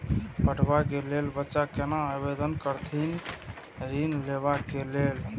पढ़वा कै लैल बच्चा कैना आवेदन करथिन ऋण लेवा के लेल?